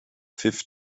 pfiff